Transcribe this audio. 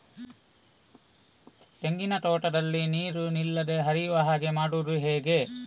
ತೆಂಗಿನ ತೋಟದಲ್ಲಿ ನೀರು ನಿಲ್ಲದೆ ಹರಿಯುವ ಹಾಗೆ ಮಾಡುವುದು ಹೇಗೆ?